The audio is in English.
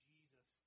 Jesus